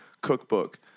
cookbook